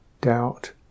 doubt